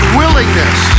willingness